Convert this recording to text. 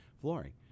flooring